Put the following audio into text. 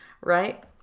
Right